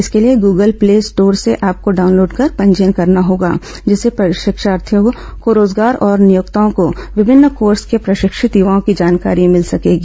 इसके लिए Google Play Store से ऐप को डाउनलोड कर पंजीयन करना होगा जिसमें प्रशिक्षार्थियों को रोजगार और नियोक्ताओं को विभिन्न कोर्स में प्रशिक्षित युवाओं की जानकारी मिल सकेगी